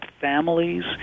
families